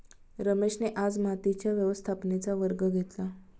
रमेशने आज मातीच्या व्यवस्थापनेचा वर्ग घेतला